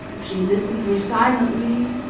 she listened resignedly,